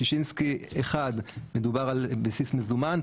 בשישינסקי 1 מדובר על בסיס מזומן,